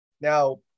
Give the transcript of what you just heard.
Now